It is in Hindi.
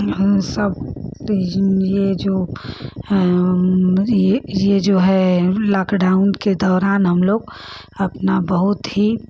सब यह जो यह जो है लॉकडाउन के दौरान हमलोग अपना बहुत ही